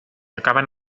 acaben